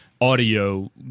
audio